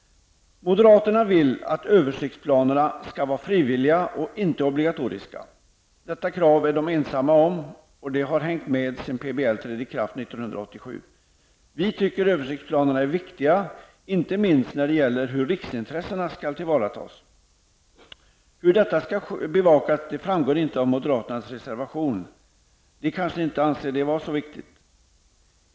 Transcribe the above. Moderaterna vill att översiktsplanerna skall vara frivilliga och inte obligatoriska. Detta krav är de ensamma om, och det har hängt med sedan PBL trädde i kraft 1987. Vi tycker att översiktsplanerna är viktiga, inte minst när det gäller hur riksintressena skall tillvaratas. Hur detta skall bevakas framgår inte av moderaternas reservation. De kanske inte anser att detta är så viktigt.